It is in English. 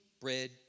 bread